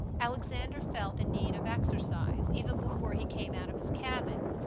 alexander felt the need of exercise even before he came out of his cabin.